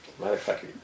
Motherfucker